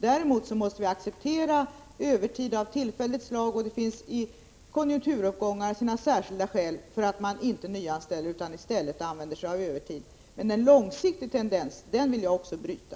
Däremot måste vi acceptera övertid av tillfälligt slag, och i konjunkturuppgångar finns det särskilda skäl för att inte nyanställa utan i stället använda sig av övertid. Men en långsiktig tendens till ökat övertidsuttag vill också jag bryta.